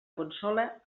consola